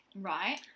right